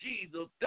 Jesus